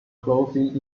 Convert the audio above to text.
closing